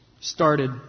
started